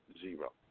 Zero